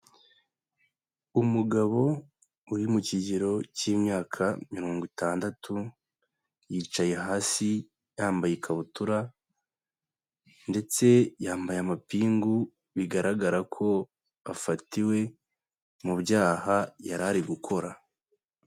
Umugabo uri mu kigero cy'imyaka mirongo itandatu, yicaye hasi yambaye ikabutura ndetse yambaye amapingu, bigaragara ko afatiwe mu byaha yari ari gukora.